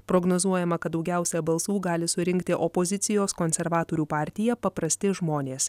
prognozuojama kad daugiausia balsų gali surinkti opozicijos konservatorių partija paprasti žmonės